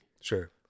Sure